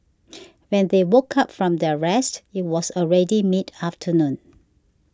when they woke up from their rest it was already mid afternoon